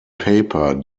paper